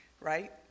right